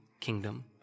kingdom